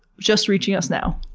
just reaching us now,